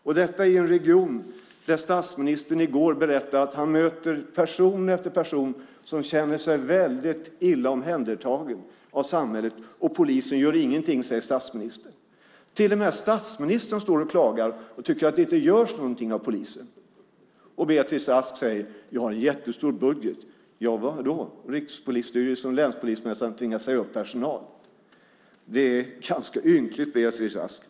Och detta gör ni i en region där statsministern i går berättade att han möter person efter person som känner sig väldigt illa omhändertagen av samhället, och polisen gör ingenting. Det säger statsministern. Till och med statsministern står och klagar och tycker att det inte görs någonting av polisen. Och Beatrice Ask säger: Vi har en jättestor budget. Ja, vadå? Rikspolisstyrelsen och länspolismästaren tvingas säga upp personal. Det är ganska ynkligt, Beatrice Ask.